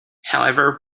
however